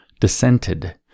dissented